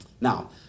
Now